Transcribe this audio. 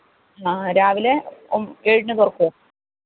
ആ രാവിലെ ഒ ഏഴിന് തുറക്കുമോ